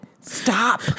stop